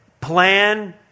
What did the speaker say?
plan